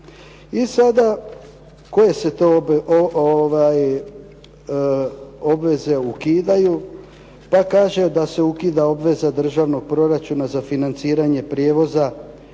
I sada koje se to obveze ukidaju? Pa kaže da se ukida obveza državnog proračuna za financiranje prijevoza